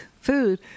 food